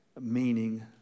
Meaning